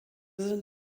sind